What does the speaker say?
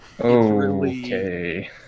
Okay